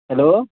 hello